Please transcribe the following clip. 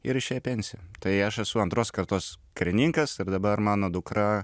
ir išėjo į pensiją tai aš esu antros kartos karininkas ir dabar mano dukra